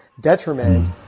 detriment